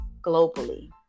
globally